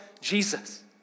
Jesus